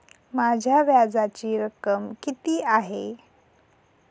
माझ्या व्याजाची रक्कम किती आहे?